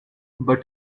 but